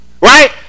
right